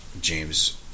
James